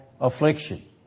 affliction